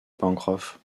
pencroff